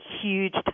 huge